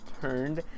turned